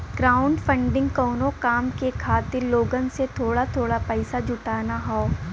crowdfunding कउनो काम के खातिर लोगन से थोड़ा थोड़ा पइसा जुटाना हौ